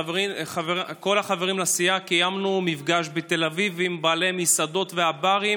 כל החברים לסיעה קיימנו מפגש בתל אביב עם בעלי המסעדות והברים,